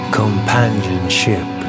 companionship